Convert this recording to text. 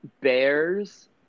bears